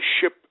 ship